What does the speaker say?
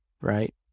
Right